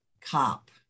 cop